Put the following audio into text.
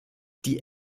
die